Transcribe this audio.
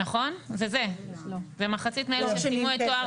זה מחצית מאלה שסיימו תואר